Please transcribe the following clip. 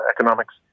economics